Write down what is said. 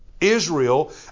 Israel